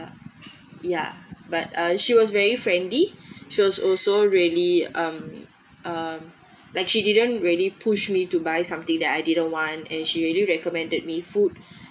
yeah but uh she was very friendly she was also really um uh like she didn't really pushed me to buy something that I didn't want and she really recommended me food